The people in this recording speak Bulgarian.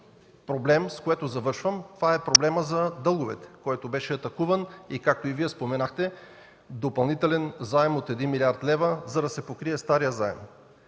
проблем, с което завършвам – проблемът за дълговете, който беше атакуван. Както и Вие споменахте – допълнителен заем от 1 млрд. лв., за да се покрие старият заем.